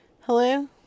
Hello